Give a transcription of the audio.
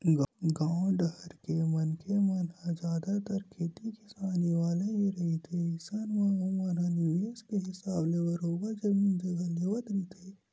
गाँव डाहर के मनखे मन ह जादतर खेती किसानी वाले ही रहिथे अइसन म ओमन ह निवेस के हिसाब ले बरोबर जमीन जघा लेवत रहिथे